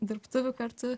dirbtuvių kartu